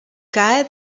cae